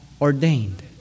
ordained